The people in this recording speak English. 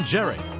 Jerry